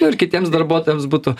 ir kitiems darbuotojams būtų